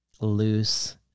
loose